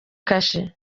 kashe